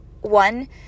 one